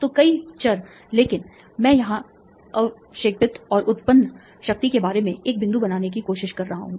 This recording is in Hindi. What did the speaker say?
तो कई चर लेकिन मैं यहाँ अवक्षेपित और उत्पन्न शक्ति के बारे में एक बिंदु बनाने की कोशिश कर रहा हूँ